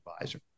advisor